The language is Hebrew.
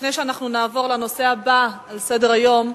לפני שנעבור לנושא הבא על סדר-היום,